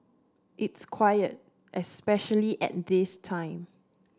it's quiet especially at this time